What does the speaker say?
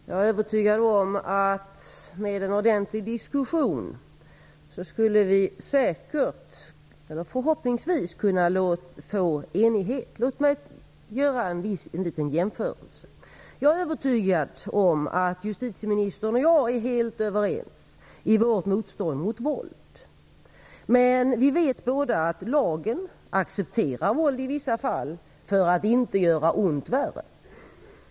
Fru talman! Förhoppningsvis skulle vi kunna nå enighet med en ordentlig diskussion. Låt mig göra en liten jämförelse. Jag är övertygad om att justitieministern och jag är helt överens i vårt motstånd mot våld, men vi vet båda att lagen accepterar våld i vissa fall för att inte göra ont värre.